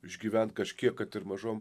išgyvent kažkiek kad ir mažom